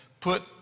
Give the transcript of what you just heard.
put